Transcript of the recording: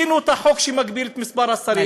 שינו את החוק שמגביל את מספר השרים,